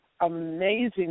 amazing